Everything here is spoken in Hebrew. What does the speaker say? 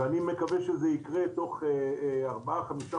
ואני מקווה שזה יקרה תוך ארבעה או חמישה